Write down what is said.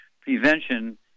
Prevention